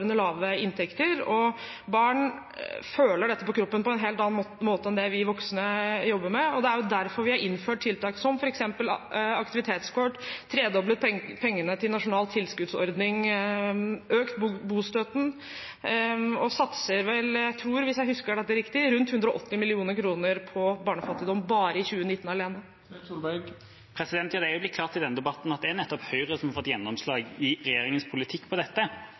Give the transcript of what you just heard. lave inntekter, og barn føler dette på kroppen på en helt annen måte enn det vi voksne gjør. Det er derfor vi har innført tiltak som f.eks. aktivitetskort, tredoblet pengene til nasjonal tilskuddsordning og økt bostøtten, og satser, tror jeg – hvis jeg husker dette riktig – rundt 180 mill. kr på barnefattigdom i 2019 alene. Ja, det er jo blitt klart i denne debatten at det er nettopp Høyre som har fått gjennomslag i regjeringas politikk på dette.